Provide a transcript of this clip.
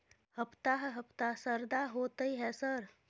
हफ्ता हफ्ता शरदा होतय है सर?